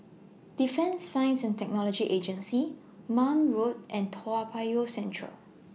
Defence Science and Technology Agency Marne Road and Toa Payoh Central